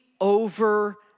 over